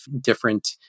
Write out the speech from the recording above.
different